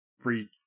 free